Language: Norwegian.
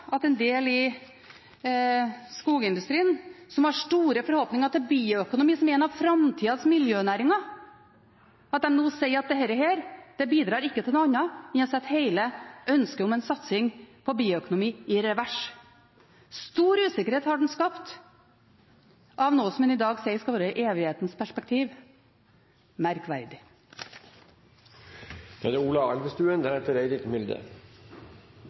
at en del i skogindustrien, som har store forhåpninger til bioøkonomi som en av framtidas miljønæringer, nå sier at dette ikke bidrar til noe annet enn å sette hele ønsket om en satsing på bioøkonomi i revers. Stor usikkerhet har blitt skapt av noe som man i dag sier skal være i evighetens perspektiv